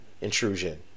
intrusion